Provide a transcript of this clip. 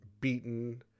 beaten